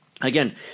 Again